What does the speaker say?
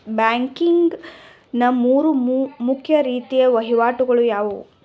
Banking ನ ಮೂರು ಮುಖ್ಯ ರೀತಿಯ ವಹಿವಾಟುಗಳು ಯಾವುವು?